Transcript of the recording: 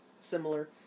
similar